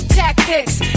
tactics